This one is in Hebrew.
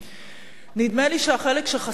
נדמה לי שהחלק שחסר היום,